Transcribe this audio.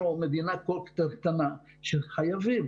אנחנו מדינה כל כך קטנה ואנחנו חייבים